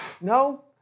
No